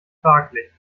fraglich